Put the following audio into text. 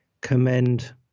commend